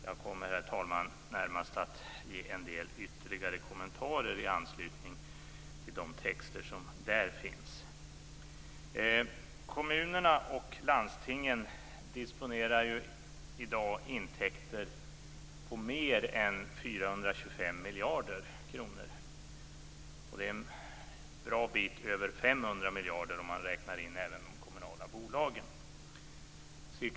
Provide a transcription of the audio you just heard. Jag kommer, herr talman, närmast att ge en del ytterligare kommentarer i anslutning till de texter som där finns. Kommunerna och landstingen disponerar i dag intäkter på mer än 425 miljarder kronor. Det är en bra bit över 500 miljarder om även kommunala bolag räknas in.